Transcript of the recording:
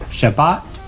Shabbat